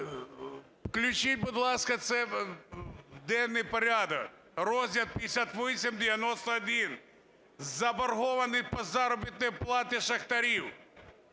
включіть, будь ласка, це в денний порядок розгляд 5891 – заборгованість по заробітній платі шахтарів.